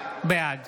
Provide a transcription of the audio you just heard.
בעד